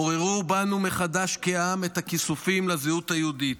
עוררו בנו מחדש כעם את הכיסופים לזהות היהודית,